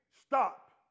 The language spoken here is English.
stop